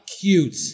cute